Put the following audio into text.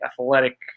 athletic